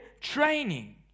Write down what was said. training